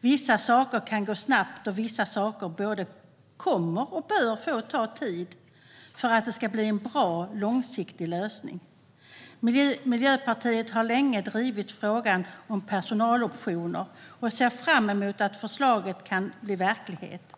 Vissa saker kan gå snabbt, och vissa saker både kommer att och bör få ta tid för att det ska bli en bra långsiktig lösning. Miljöpartiet har länge drivit frågan om personaloptioner och ser fram emot att förslaget kan bli verklighet.